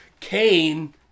Cain